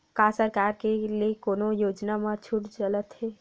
का सरकार के ले कोनो योजना म छुट चलत हे?